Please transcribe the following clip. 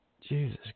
Jesus